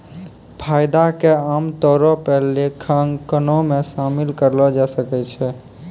फायदा के आमतौरो पे लेखांकनो मे शामिल करलो जाय सकै छै